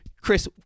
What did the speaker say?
chris